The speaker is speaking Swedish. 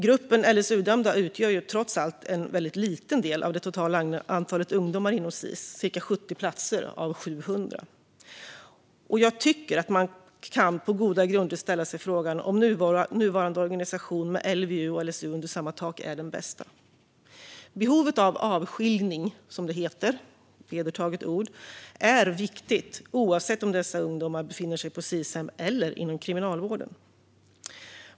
Gruppen LSU-dömda utgör trots allt en väldigt liten del av det totala antalet ungdomar inom Sis, cirka 70 platser av 700, och jag tycker att man på goda grunder kan ställa sig frågan om nuvarande organisation med LVU och LSU under samma tak är den bästa. Behovet av avskiljning, som det heter, är viktigt oavsett om dessa ungdomar befinner sig på Sis-hem eller inom kriminalvården.